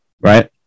right